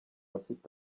afite